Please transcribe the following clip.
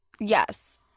Yes